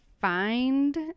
find